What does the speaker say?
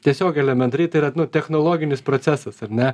tiesiog elementariai tai yra technologinis procesas ar ne